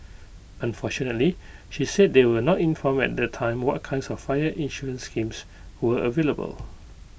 unfortunately she said they were not informed at the time what kinds of fire insurance schemes were available